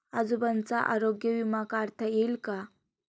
आजोबांचा आरोग्य विमा काढता येईल का?